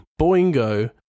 Boingo